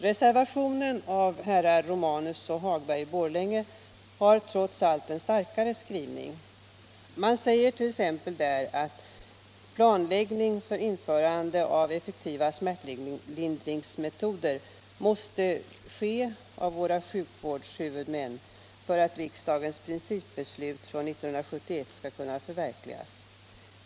Reservationen av herrar Romanus och Hagberg i Borlänge har trots allt en starkare skrivning. Där sägs t.ex. att planläggning för införande av effektiva smärtlindringsmetoder måste ske av våra sjukvårdshuvudmän för att riksdagens principbeslut från 1971 skall kunna förverkligas.